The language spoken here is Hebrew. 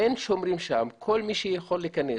אין שומרים שם, כל מי שיכול להיכנס